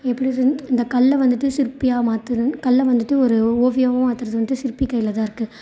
எப்படி இந்த கல்லை வந்துட்டு சிற்பியாக மாற்றுறன் கல்லை வந்துவிட்டு ஒரு ஓவியமாக மாற்றுறது வந்துவிட்டு சிற்பி கையில் தான் இருக்கு